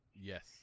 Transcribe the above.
yes